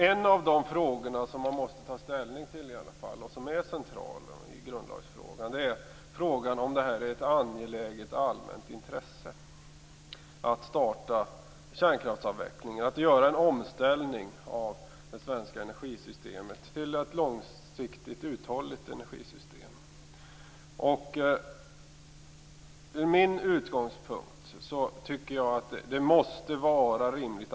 En av de frågor som vi måste ta ställning till och som är central i grundlagsfrågan är om det är ett angeläget och allmänt intresse att starta kärnkraftsavvecklingen och göra en omställning av det svenska energisystemet till ett långsiktigt uthålligt energisystem. Min utgångspunkt är att det rimligen måste vara det.